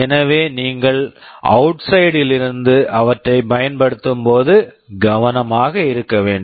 எனவே நீங்கள் outside outside ல் இருந்து அவற்றைப் பயன்படுத்தும்போது கவனமாக இருக்க வேண்டும்